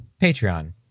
Patreon